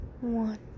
one